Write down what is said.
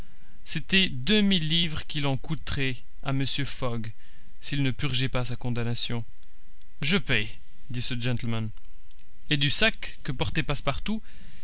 c'était deux mille livres qu'il en coûterait à mr fogg s'il ne purgeait pas sa condamnation je paie dit ce gentleman et du sac que portait passepartout